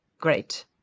great